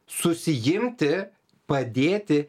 susiimti padėti